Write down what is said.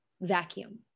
vacuum